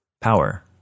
power